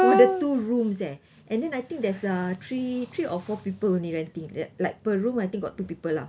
for the two rooms eh and then I think there's uh three three or four people only renting like per room I think got two people lah